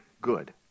good